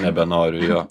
nebenoriu jo